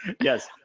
yes